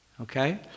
okay